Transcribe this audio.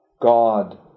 God